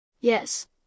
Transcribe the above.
Yes